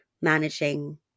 managing